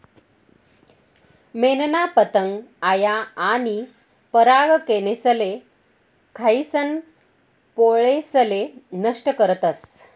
मेनना पतंग आया आनी परागकनेसले खायीसन पोळेसले नष्ट करतस